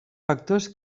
factors